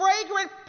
fragrant